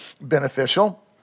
beneficial